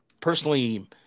Personally